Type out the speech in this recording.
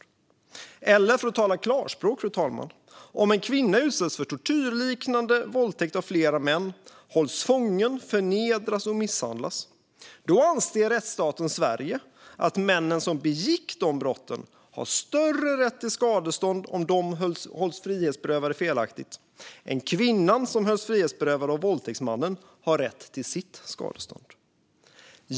Den säger, för att tala klarspråk, att om en kvinna utsätts för tortyrliknande våldtäkt av flera män, om hon hålls fången, förnedras och misshandlas, anser rättsstaten Sverige att männen som begick de brotten har större rätt till skadestånd om de hålls felaktigt frihetsberövade än kvinnan som hölls frihetsberövad av våldtäktsmännen har rätt till sitt skadestånd.